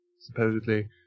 supposedly